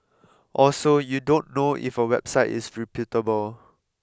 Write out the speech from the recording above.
also you don't know if a website is reputable